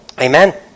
Amen